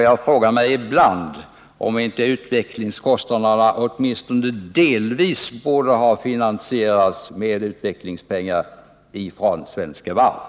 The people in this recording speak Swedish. Jag frågar mig ibland om inte dessa kostnader åtminstone delvis borde ha bestritts med utvecklingspengar från Svenska Varv.